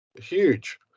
huge